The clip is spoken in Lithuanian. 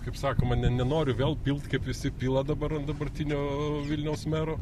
kaip sakoma ne nenoriu vėl pilt kaip visi pila dabar ant dabartinio vilniaus mero